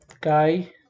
guy